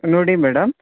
ನೋಡಿ ಮೇಡಮ್